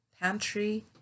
pantry